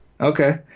Okay